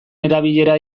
erabilera